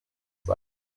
zwei